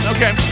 Okay